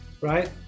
right